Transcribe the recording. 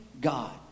God